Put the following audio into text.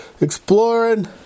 exploring